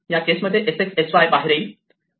या केस मध्ये sx sy बाहेर येईल